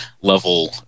level